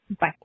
Bye